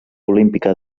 olímpica